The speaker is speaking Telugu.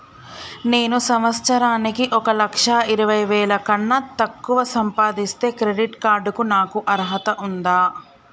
నేను సంవత్సరానికి ఒక లక్ష ఇరవై వేల కన్నా తక్కువ సంపాదిస్తే క్రెడిట్ కార్డ్ కు నాకు అర్హత ఉందా?